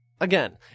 Again